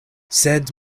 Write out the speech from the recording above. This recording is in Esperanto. sed